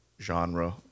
genre